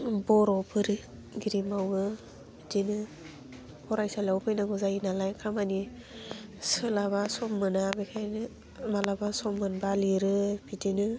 बर' फोरोंगिरि मावो बिदिनो फरायसालियाव फैनांगौ जायो नालाय खामानि सोलाबा सम मोना बेखायनो मालाबा सम मोनबा लिरो बिदिनो